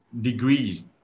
degrees